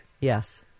Yes